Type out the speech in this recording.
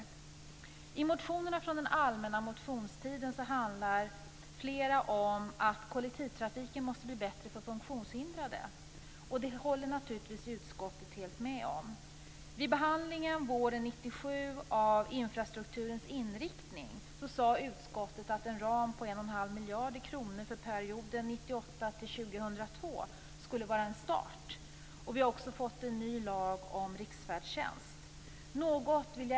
Flera av motionerna från den allmänna motionstiden handlar om att kollektivtrafiken måste bli bättre för funktionshindrade. Det håller utskottet naturligtvis med om. Vid behandlingen av infrastrukturens inriktning våren 1997 sade utskottet att en ram på 1,5 miljard kronor för perioden 1998-2002 skulle vara en start. Vi har också fått en ny lag om riksfärdtjänst.